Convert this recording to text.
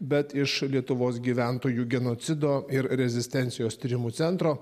bet iš lietuvos gyventojų genocido ir rezistencijos tyrimų centro